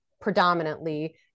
predominantly